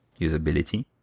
usability